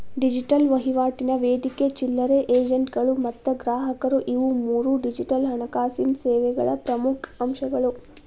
digital ವಹಿವಾಟಿನ ವೇದಿಕೆ ಚಿಲ್ಲರೆ ಏಜೆಂಟ್ಗಳು ಮತ್ತ ಗ್ರಾಹಕರು ಇವು ಮೂರೂ ಡಿಜಿಟಲ್ ಹಣಕಾಸಿನ್ ಸೇವೆಗಳ ಪ್ರಮುಖ್ ಅಂಶಗಳು